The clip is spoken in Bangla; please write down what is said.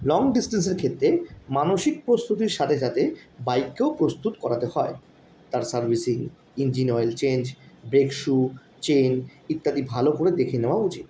লং ডিসটেন্সের ক্ষেত্রে মানসিক প্রস্তুতির সাথে সাথে বাইককেও প্রস্তুত করাতে হয় তার servicing engine oil change brake shoe chain ইত্যাদি ভালো করে দেখে নেওয়া উচিৎ